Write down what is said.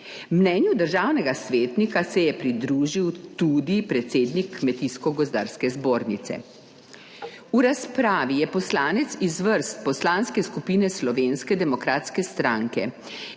Mnenju državnega svetnika se je pridružil tudi predsednik Kmetijsko gozdarske zbornice. V razpravi je poslanec iz vrst Poslanske skupine Slovenske demokratske stranke